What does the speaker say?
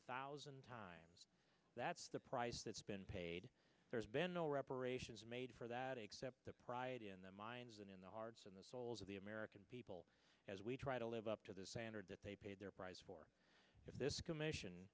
thousand times that's the price that's been paid there's been no reparations made for that except the pride in their minds and in the hearts and the souls of the american people as we try to live up to this and heard that they paid their price for this commission